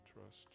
trust